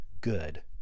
good